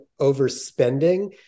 overspending